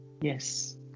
Yes